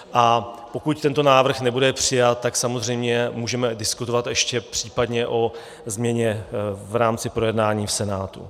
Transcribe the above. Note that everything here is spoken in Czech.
Pokud tento návrh nebude přijat, tak samozřejmě můžeme diskutovat ještě případně o změně v rámci projednání v Senátu.